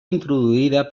introduïda